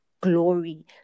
glory